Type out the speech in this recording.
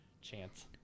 chance